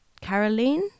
Caroline